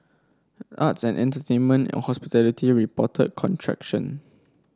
arts and entertainment and hospitality reported contraction